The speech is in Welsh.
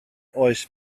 oes